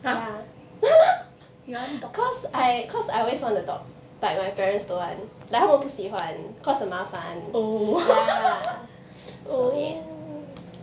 !huh! you want dog oh oh